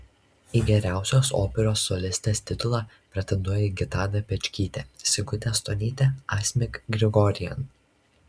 į geriausios operos solistės titulą pretenduoja gitana pečkytė sigutė stonytė asmik grigorian